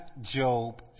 Job